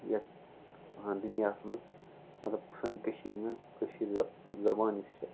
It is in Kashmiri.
یَتھ دُنیاہَس منٛز مطلب سٲنۍ کٔشیٖر منٛز کٲشِر زَ زَبان یۄس چھِ